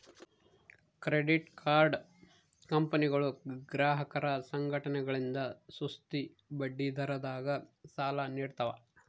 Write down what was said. credit card ಕಂಪನಿಗಳು ಗ್ರಾಹಕರ ಸಂಘಟನೆಗಳಿಂದ ಸುಸ್ತಿ ಬಡ್ಡಿದರದಾಗ ಸಾಲ ನೀಡ್ತವ